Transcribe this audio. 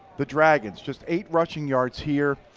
the dragons. just eight rushing yards here